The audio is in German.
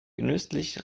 genüsslich